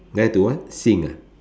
time to what sing ah